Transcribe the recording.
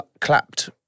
clapped